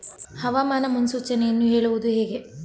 ಹವಾಮಾನ ಮುನ್ಸೂಚನೆಯನ್ನು ಹೇಳುವುದು ಹೇಗೆ?